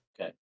Okay